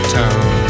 town